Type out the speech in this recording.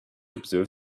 observe